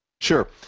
Sure